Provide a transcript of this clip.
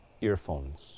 earphones